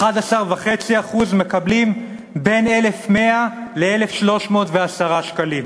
11.5% מקבלים בין 1,100 ל-1,310 שקלים.